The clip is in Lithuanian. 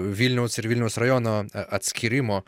vilniaus ir vilniaus rajono atskyrimo